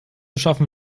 schaffen